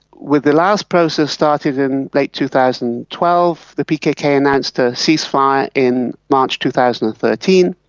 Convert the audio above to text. with the last process started in late two thousand and twelve, the pkk announced a ceasefire in march two thousand and thirteen,